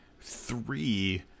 three